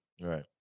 Right